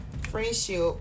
friendship